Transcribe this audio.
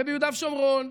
ביהודה ושומרון,